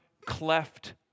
cleft